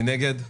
מי נגד?